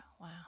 Wow